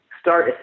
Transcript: start